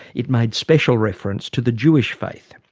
it made special reference to the jewish faith.